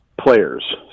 players